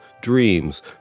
dreams